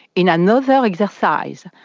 in another exercise,